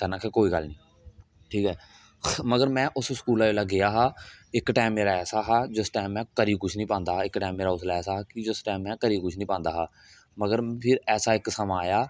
sir नेआखेआ कोई गल्ल नेईं ठीक ऐ पर में उस स्कूल जिसलै गेआ हा उस टाइम मेरा ऐसा हा जिस टाइम मे करी बी कुछ नेई पांदा इक टाइम मेरे लाया स्हाब सर ने आखेआ हा इक दिन